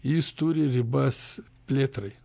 jis turi ribas plėtrai